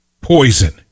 poison